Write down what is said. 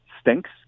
stinks